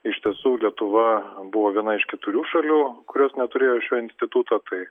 iš tiesų lietuva buvo viena iš keturių šalių kurios neturėjo šio instituto tai